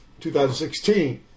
2016